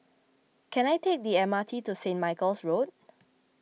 Can I take the M R T to Saint Michael's Road